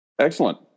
Excellent